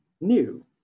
new